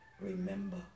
remember